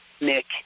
Nick